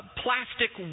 plastic